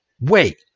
wait